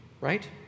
Right